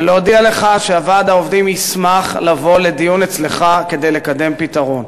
ולהודיע לך שוועד העובדים ישמח לבוא לדיון אצלך כדי לקדם דיון.